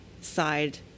side